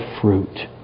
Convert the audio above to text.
fruit